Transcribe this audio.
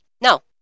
No